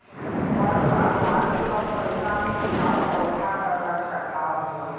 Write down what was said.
वन बागवानी कम पइसा में टिकाऊ पौधा क रख रखाव होला